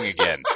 again